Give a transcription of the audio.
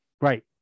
Right